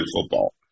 football